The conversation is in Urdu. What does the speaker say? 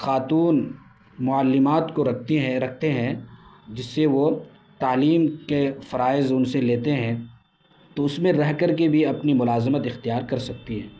خاتون معلمات کو رکھتی ہے رکھتے ہیں جس سے وہ تعلیم کے فرائض ان سے لیتے ہیں تو اس میں رہ کر کے بھی اپنی ملازمت اختیار کر سکتی ہیں